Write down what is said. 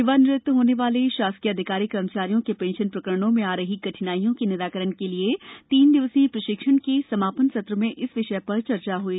सेवानिवृत्त होने वाले शासकीय अधिकारी कर्मचारियों के पेंशन प्रकरणों में आ रही कठिनाइयों के निराकरण के लिये तीन दिवसीय प्रशिक्षण के समापन सत्र में इस विषय पर चर्चा हुई